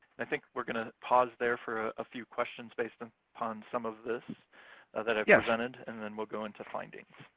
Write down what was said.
i think we're gonna pause there for a few questions based and upon some of this that i've yeah presented. yes. and then we'll go into findings.